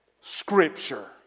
Scripture